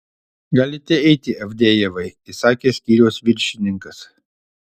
galite eiti avdejevai įsakė skyriaus viršininkas